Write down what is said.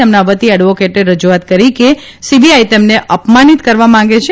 તેમના વતી એડવોકેટે રજૂઆત કરી કે સીબીઆઇ તેમને અપમાનીત કરવા માંગે છે